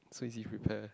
so easy to prepare